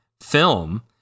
film